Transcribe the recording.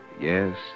Yes